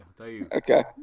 Okay